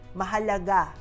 mahalaga